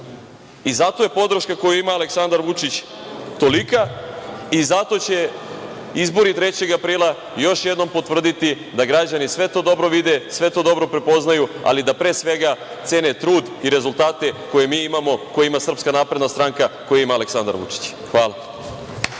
Zato je podrška koju ima Aleksandar Vučić tolika i zato će izbori 3. aprila još jednom potvrditi da građani sve to dobro vide, sve to dobro prepoznaju, ali da pre svega cene trud i rezultate koje mi imamo, koje ima SNS, koje ima Aleksandar Vučić. Hvala.